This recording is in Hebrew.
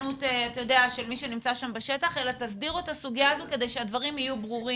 מי שנמצא שם בשטח אלא תסדירו את הסוגיה הזאת כדי שהדברים יהיו ברורים,